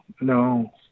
no